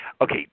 Okay